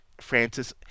Francis